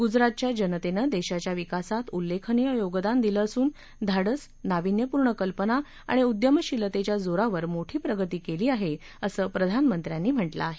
गुजरातच्या जनतेनं देशाच्या विकासात उल्लेखनीय योगदान दिलं असून धाडस नाविन्यपूर्ण कल्पना आणि उद्यमशिलतेच्या जोरावर मोठी प्रगती केली आहे असं प्रधानमंत्र्यांनी म्हटलं आहे